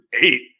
eight